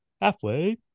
Halfway